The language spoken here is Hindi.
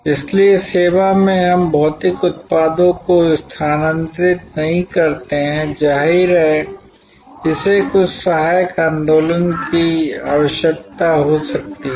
इसलिए सेवा में हम भौतिक उत्पादों को स्थानांतरित नहीं करते हैं जाहिर है इसे कुछ सहायक आंदोलन की आवश्यकता हो सकती है